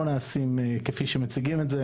הם לא כפי שמציגים אותם.